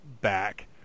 back